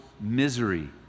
misery